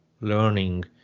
learning